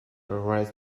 rest